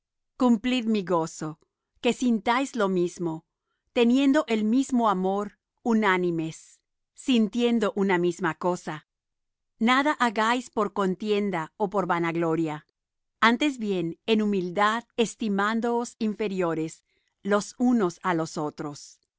cumplid mi gozo que sintáis lo mismo teniendo el mismo amor unánimes sintiendo una misma cosa nada hagáis por contienda ó por vanagloria antes bien en humildad estimándoos inferiores los unos á los otros